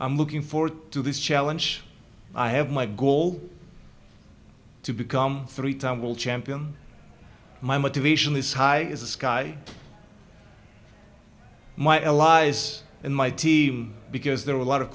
i'm looking forward to this challenge i have my goal to become a three time world champion my motivation is high is the sky my allies and my team because there are a lot of